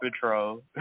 Patrol